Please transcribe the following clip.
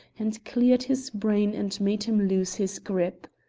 and cleared his brain and made him loose his grip.